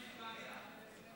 אדוני היושב-ראש,